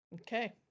Okay